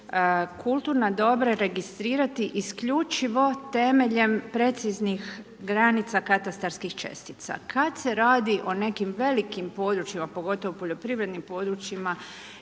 kulturna dobra registrirati isključivo temeljem preciznih granica katastarskih čestica. Kad se radi o nekim velikim područjima, pogotovo poljoprivrednim područjima